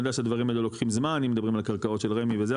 אני יודע שהדברים האלה לוקחים זמן אם מדברים על קרקעות של רמ"י וזה,